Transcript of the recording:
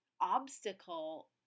obstacle